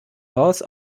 laws